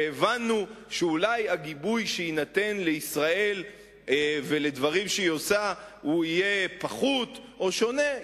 והבנו שאולי הגיבוי שיינתן לישראל ולדברים שהיא עושה יהיה פחות או שונה?